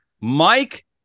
Mike